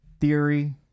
theory